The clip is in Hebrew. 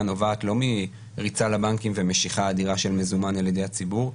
נובעת לא מריצה לבנקים ומשיכה אדירה של מזומן על ידי הציבור,